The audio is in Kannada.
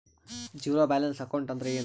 ಝೀರೋ ಬ್ಯಾಲೆನ್ಸ್ ಅಕೌಂಟ್ ಅಂದ್ರ ಏನು?